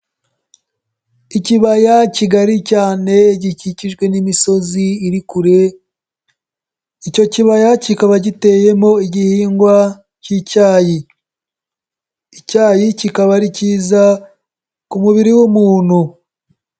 Ikibaya kigari cyane gikikijwe n'imisozi iri kure, icyo kibaya kikaba giteyemo igihingwa k'icyayi, icyayi kikaba ari kiza ku mubiri w'umuntu.